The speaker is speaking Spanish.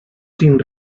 sin